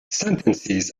sentences